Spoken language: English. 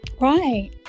right